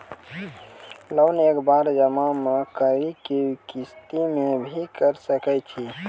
Loan एक बार जमा म करि कि किस्त मे भी करऽ सके छि?